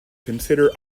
consider